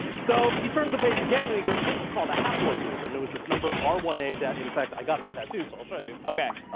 so, he turns the page again and he goes, this is called a haplogroup. and it was this number r one a that, in fact, i got the tattoo. so i'll show you. okay.